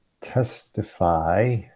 testify